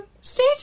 stay